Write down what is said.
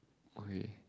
okay